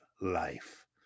life